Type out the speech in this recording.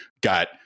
got